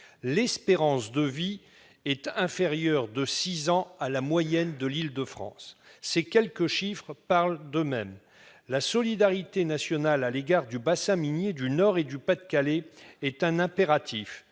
L'espérance de vie est inférieure de six ans à la moyenne de l'Île-de-France. Ces quelques chiffres parlent d'eux-mêmes ! La solidarité nationale à l'égard du bassin minier du Nord et du Pas-de-Calais est un impératif,